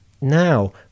Now